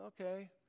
okay